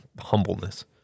humbleness